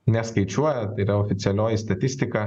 neskaičiuoja tai yra oficialioji statistika